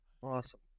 awesome